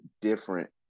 different